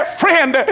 friend